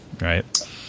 Right